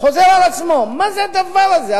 חוזר על עצמו, מה זה הדבר הזה?